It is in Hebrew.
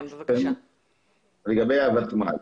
לגבי הוותמ"ל.